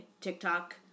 TikTok